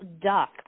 duck